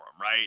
Right